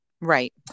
right